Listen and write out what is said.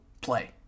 play